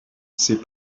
ses